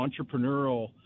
entrepreneurial